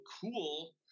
cool